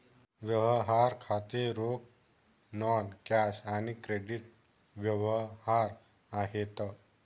व्यवहार खाती रोख, नॉन कॅश आणि क्रेडिट व्यवहार आहेत